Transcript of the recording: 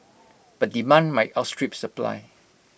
but demand might outstrip supply